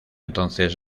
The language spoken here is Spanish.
entonces